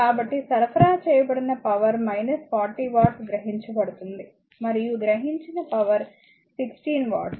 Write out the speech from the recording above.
కాబట్టి సరఫరా చేయబడిన పవర్ 40 వాట్స్ గ్రహించబడుతుంది మరియు గ్రహించిన పవర్ 16 వాట్స్ అంటే ఇక్కడ ఇది 9 వాట్స్